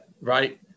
right